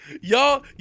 Y'all